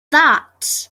that